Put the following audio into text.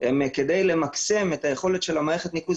הן כדי למקסם את היכולת של מערכת הניקוז